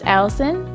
Allison